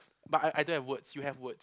but I I don't have words you have word